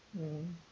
mm